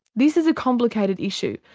this is a complicated issue,